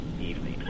evening